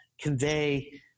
convey